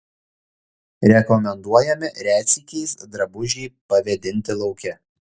rekomenduojame retsykiais drabužį pavėdinti lauke